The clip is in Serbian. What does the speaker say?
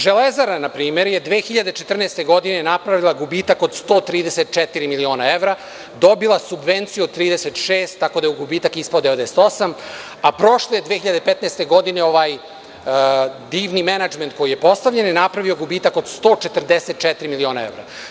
Železara je na primer 2014. godine napravila gubitak od 134 miliona evra, dobila subvenciju od 36, tako da gubitak ispada 98, a prošle 2015. godine ovaj divni menadžment koji je postavljen je napravio gubitak od 144 miliona evra.